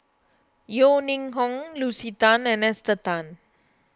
Yeo Ning Hong Lucy Tan and Esther Tan